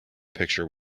picture